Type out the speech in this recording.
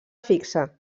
fixe